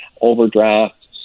overdrafts